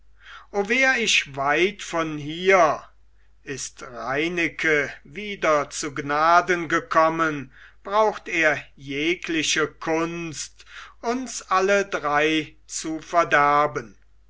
o wär ich weit von hier ist reineke wieder zu gnaden gekommen braucht er jegliche kunst uns alle drei zu verderben